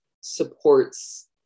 supports